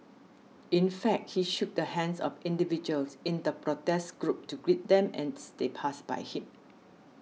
in fact he shook the hands of individuals in the protest group to greet them as they passed by him